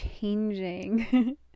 changing